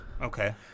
Okay